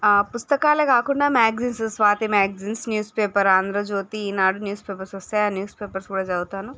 ఆ పుస్తకాలే కాకుండా magazines Swathi magazines news paper Andhra Jyothi Eenadu news papers వస్తాయి ఆ న్యూస్ పేపర్ కూడా చదువుతాను